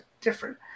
different